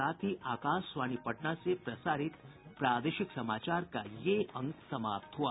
इसके साथ ही आकाशवाणी पटना से प्रसारित प्रादेशिक समाचार का ये अंक समाप्त हुआ